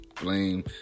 blame